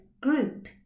group